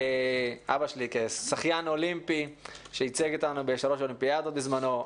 אבא שלי כשחיין אולימפי שייצג אותנו בשלוש אולימפיאדות בזמנו,